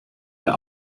der